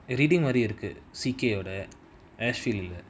reading மாரி இருக்கு:maari iruku C_K யோட:yoda ash field lah